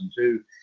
2002